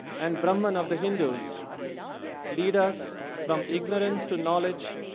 and brahman of the hindus lead us from ignorance to knowledge,